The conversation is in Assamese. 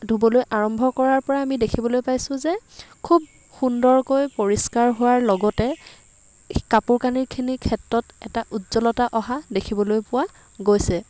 ধোবলৈ আৰম্ভ কৰাৰ পৰাই আমি দেখিবলৈ পাইছোঁ যে খুব সুন্দৰকৈ পৰিষ্কাৰ হোৱাৰ লগতে কাপোৰ কানিখিনিৰ ক্ষেত্ৰত এটা উজ্জ্বলতা অহা দেখিবলৈ পোৱা গৈছে